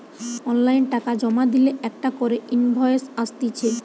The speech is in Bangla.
অনলাইন টাকা জমা দিলে একটা করে ইনভয়েস আসতিছে